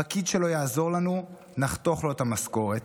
פקיד שלא יעזור לנו, נחתוך לו את המשכורת,